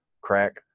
crack